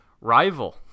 rival